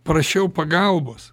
prašiau pagalbos